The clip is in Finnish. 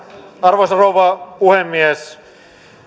arvoisa rouva puhemies